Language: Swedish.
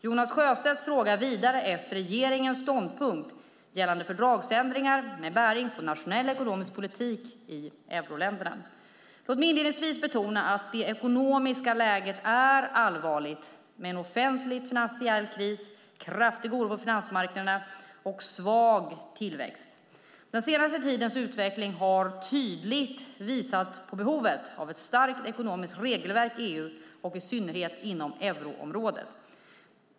Jonas Sjöstedt frågar vidare efter regeringens ståndpunkt gällande fördragsändringar med bäring på nationell ekonomisk politik i euroländerna. Låt mig inledningsvis betona att det ekonomiska läget är allvarligt, med en offentlig finansiell kris, kraftig oro på finansmarknaderna och svag tillväxt. Den senaste tidens utveckling har tydligt visat behovet av ett starkt ekonomiskt regelverk i EU, i synnerhet inom euroområdet.